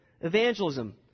evangelism